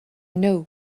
know